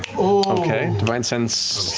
okay, divine sense.